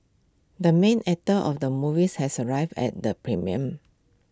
the main actor of the movies has arrived at the premiere